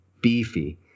beefy